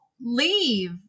leave